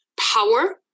power